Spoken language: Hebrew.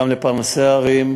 גם לפרנסי הערים,